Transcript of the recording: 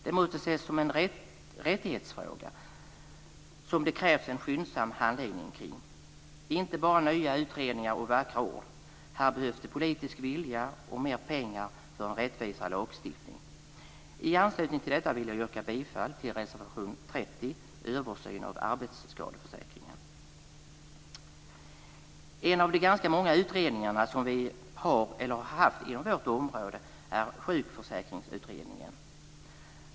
Det måste ses som en rättighetsfråga som det krävs en skyndsam handläggning kring - inte bara nya utredningar och vackra ord. Här behövs det politisk vilja och mer pengar för en rättvisare lagstiftning. I anslutning till detta vill jag yrka bifall till reservation 30 om en översyn av arbetsskadeförsäkringen. En av de ganska många utredningar som vi har eller har haft inom vårt område är Sjukförsäkringsutredningen.